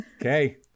Okay